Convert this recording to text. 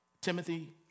Timothy